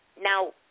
Now